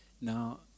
Now